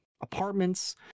apartments